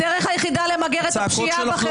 הדרך היחידה למגר את הפשיעה בחברה הערבית